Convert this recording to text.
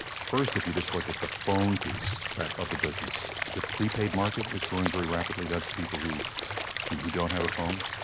first, if you just look at the phone piece of the business, the pre-paid market is growing very rapidly. that's people who you know who don't have a phone.